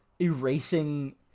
erasing